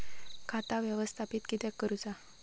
खाता व्यवस्थापित किद्यक करुचा?